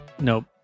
nope